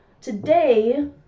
Today